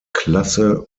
klasse